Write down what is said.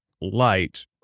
light